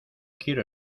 quiero